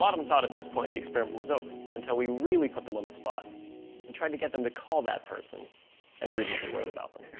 them thought at this point the experiment was over until we really put them on the spot and tried to get them to call that person and read what they wrote about them.